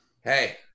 hey